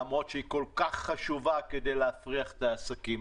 למרות שהיא כל כך חשובה כדי להפריח את העסקים.